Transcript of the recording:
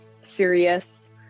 serious